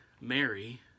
Mary